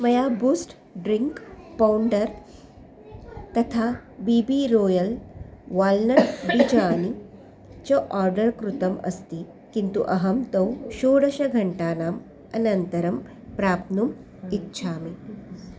मया Boost drink powder तथा B B royal walnut बीजानि च आर्डर् कृतम् अस्ति किन्तु अहं तौ षोडशघण्टानाम् अनन्तरं प्राप्तुम् इच्छामि